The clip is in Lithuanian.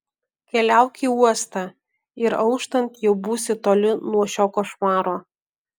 keliauk į uostą ir auštant jau būsi toli nuo šio košmaro